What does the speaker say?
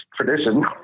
tradition